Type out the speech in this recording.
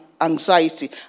anxiety